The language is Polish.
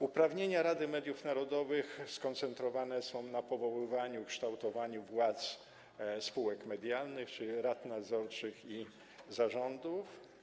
Uprawnienia Rady Mediów Narodowych skoncentrowane są na powoływaniu, kształtowaniu władz spółek medialnych, czyli rad nadzorczych i zarządów.